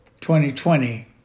2020